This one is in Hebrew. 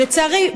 לצערי,